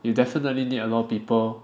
you definitely need a lot of people